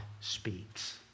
speaks